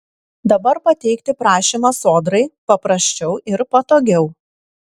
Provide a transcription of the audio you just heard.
dabar pateikti prašymą sodrai paprasčiau ir patogiau